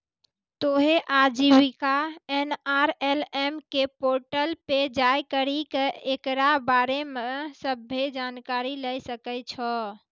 तोहें आजीविका एन.आर.एल.एम के पोर्टल पे जाय करि के एकरा बारे मे सभ्भे जानकारी लै सकै छो